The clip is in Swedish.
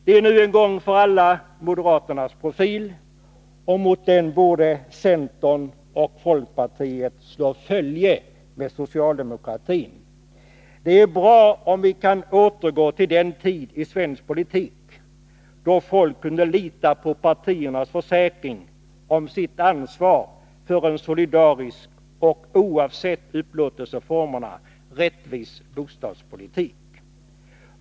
Det är nu en gång för alla moderaternas profil, och mot den borde centern och folkpartiet slå följe med socialdemokratin. Det är bra om vi kan återgå till den tid i svensk politik, då folk kunde lita på partiernas försäkran om sitt ansvar för en solidarisk och oavsett upplåtelseformen rättvis bostadspolitik.